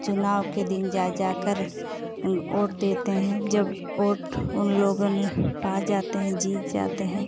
चुनाव के दिन जा जाकर उन ओट देते हैं जब ओट उन लोगों ने पा जाते हैं जीत जाते हैं